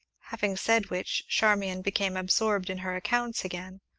having said which, charmian became absorbed in her accounts again,